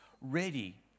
ready